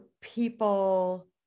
people